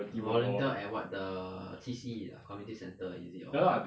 volunteer at what the C_C ah the community centre is it or what